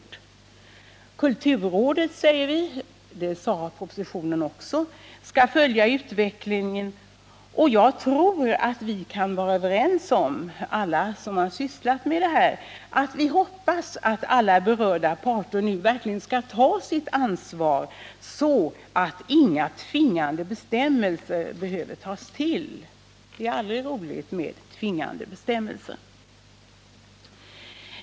Både i utskottsbetänkandet och i propositionen sägs att kulturrådet skall följa utvecklingen. Jag tror att alla som sysslat med dessa frågor är överens om att vi bör kunna hoppas på att alla berörda parter nu verkligen tar sitt ansvar, så att inga tvingande bestämmelser behöver tas till. Det är aldrig roligt med tvingande bestämmelser.